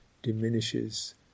Diminishes